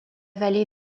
vallée